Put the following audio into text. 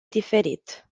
diferit